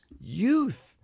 youth